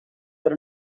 that